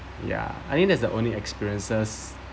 yeah I think that's the only experiences